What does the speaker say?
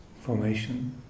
formation